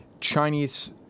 Chinese